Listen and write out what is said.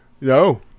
No